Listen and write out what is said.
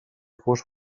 fos